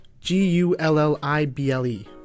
G-U-L-L-I-B-L-E